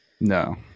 No